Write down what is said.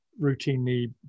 routinely